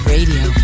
Radio